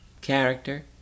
character